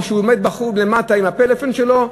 או שהוא עומד בחוג למטה עם הפלאפון שלו,